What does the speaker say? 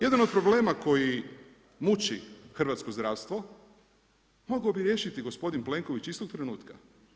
Jedan od problema koji muči hrvatsko zdravstvo mogao bi riješiti gospodin Plenković istog trenutka.